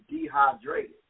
dehydrated